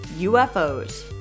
UFOs